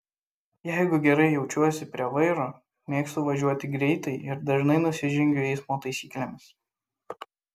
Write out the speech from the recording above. jeigu gerai jaučiuosi prie vairo mėgstu važiuoti greitai ir dažnai nusižengiu eismo taisyklėms